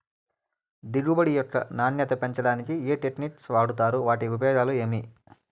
దిగుబడి యొక్క నాణ్యత పెంచడానికి ఏ టెక్నిక్స్ వాడుతారు వాటి ఉపయోగాలు ఏమిటి?